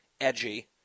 edgy